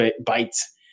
bites